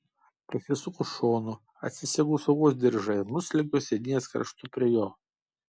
pasisuku šonu atsisegu saugos diržą ir nusliuogiu sėdynės kraštu prie jo